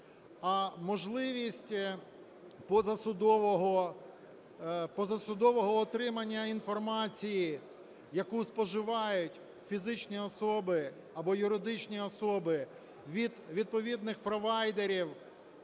а можливість позасудового отримання інформації, яку споживають фізичні особи або юридичні особи від відповідних провайдерів